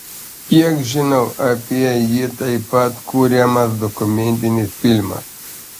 kiek žinau apie jį taip pat kuriamas dokumentinis filmas